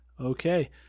Okay